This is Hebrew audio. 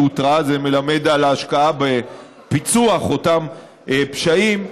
אותרה זה מלמד על ההשקעה בפיצוח אותם פשעים.